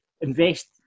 invest